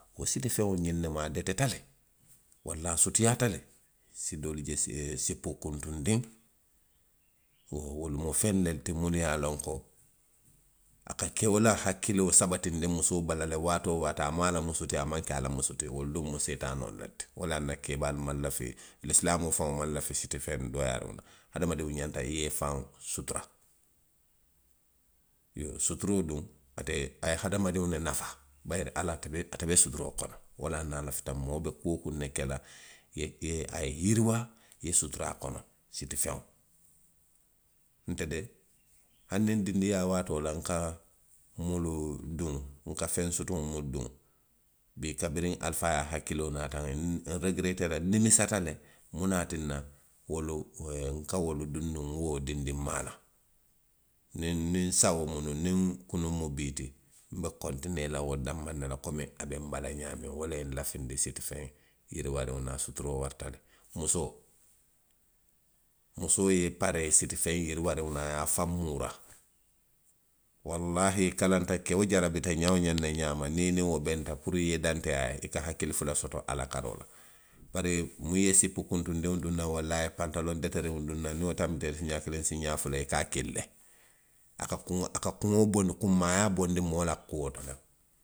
Sitifeŋo miŋ duŋ a deteta le, walla a sutiyaata le, doolu bi jee se, se toroo konpilikee, wolu mu fennu le ti, minnu ye a loŋ ko a keo hakkiloo sabatindi musoo bala le waati woo waati a muŋ a la musu ti, a maŋ ke a la musu ti wo duŋ mu seetaanoo le ti, wolaŋ na keebaalu maŋ lafi, lisilaamoo faŋo maŋ lafi siti feŋ baalu la, hadamadiŋo ňanta i ye ifaŋ sutura. Suturoo duŋ. ate, bii, a ye hadamadiŋo le nafaa. bayiri ala ate, ate be suturoo le kono, wo laŋ na a tinna a lafita moo woo moo be kuu woo kuŋ ne le ke la, i ye, i ye, a ye yiriwaa; i ye sutura a kono. Sitifeŋo, nte de, nna dindiŋ yaa waatoo la nka, minnu duŋ, nka feŋ sutuŋolu minnu, mee kabiriŋ alifaayaa hakkiloo naata huŋ, nregereeta le, nnimisata le muŋ ne ye a tinna wolu, nka wolu duŋ nuŋ nna wo dindiŋmaa la. Mee niŋ nsawoo mu nuŋ. niŋ kunuŋ mu bii ti. nbe kontiniyee wo danmaŋ ne la komi abe nbala ňaamiŋ. Wo le ye nlafindi sitifeŋ yiriwaariŋolu la, a suturoo warata le. Musoo, ye i paree sitifeŋ yiriwaariŋo la. a ye afaŋ muuraa, wallahi i kalanta, keo jarabita ňaa woo ňaandiŋ ňaama, niŋ i niŋ wo benta, puru i ye i dantee a ye, i ka hakkili fula soto a la karoo la. Bari niŋ i ye sipi kuntundiŋo duŋ naŋ, walla a ye pantaloŋ deteriŋo duŋ naŋ, niŋ wo tanbita i la siňaa kiliŋ, siiňaa fula, i ka a kili le. A ka ku, a ka kuŋo bondi kunmaayaa bondi moo la kuo to le.